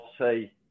say